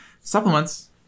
supplements